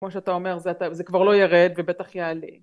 כמו שאתה אומר, זה כבר לא ירד ובטח יעלה